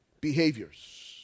Behaviors